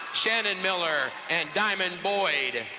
shannon miller and diamond boyd.